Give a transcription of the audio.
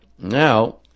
Now